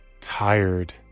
Tired